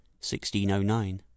1609